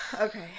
Okay